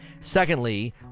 secondly